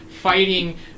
fighting